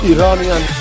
Iranian